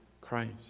Christ